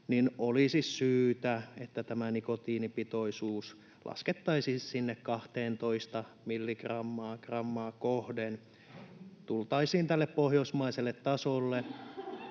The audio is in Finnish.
niin olisi syytä, että tämä nikotiinipitoisuus laskettaisiin sinne 12 milligrammaan grammaa kohden — tultaisiin tälle pohjoismaiselle tasolle.